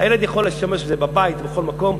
הילד יכול להשתמש בזה בבית ובכל מקום,